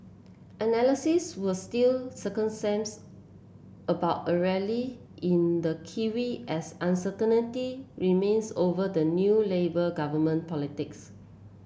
analysts were still circumspect about a rally in the kiwi as uncertainty remains over the new labour government politics